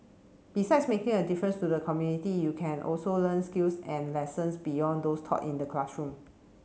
besides making a difference to the community you can also learn skills and lessons beyond those taught in the classroom